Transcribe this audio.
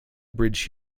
bridge